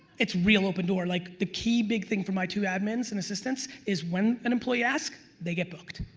it's real open door, like the key big thing for my two admins and assistants is when an employee asks, they get booked.